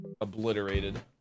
Obliterated